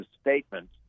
statement